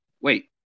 wait